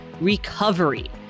recovery